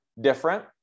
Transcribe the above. different